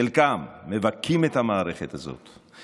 חלקם מבכים את המערכת הזאת,